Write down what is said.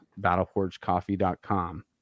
BattleforgeCoffee.com